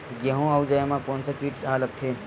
गेहूं अउ जौ मा कोन से कीट हा लगथे?